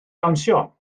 dawnsio